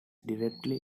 directly